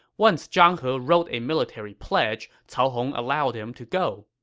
once zhang he wrote a military pledge, cao hong allowed him to go.